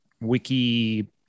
wiki